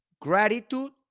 Gratitude